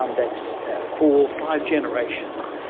um that's four, five generations,